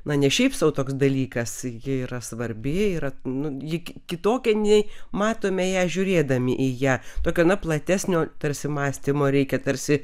na ne šiaip sau toks dalykas ji yra svarbi yra nu ki kitokia nei matome ją žiūrėdami į ją tokio na platesnio tarsi mąstymo reikia tarsi